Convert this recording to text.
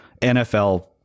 NFL